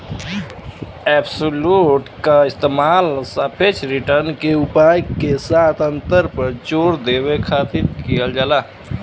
absolute क इस्तेमाल सापेक्ष रिटर्न के उपाय के साथ अंतर पर जोर देवे खातिर किहल जाला